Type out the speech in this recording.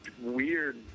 weird